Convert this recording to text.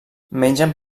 mengen